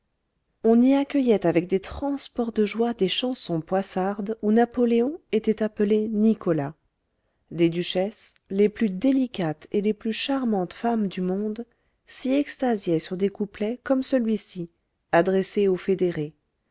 on y accueillait avec des transports de joie des chansons poissardes où napoléon était appelé nicolas des duchesses les plus délicates et les plus charmantes femmes du monde s'y extasiaient sur des couplets comme celui-ci adressé aux fédérés